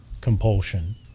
compulsion